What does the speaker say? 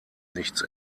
nichts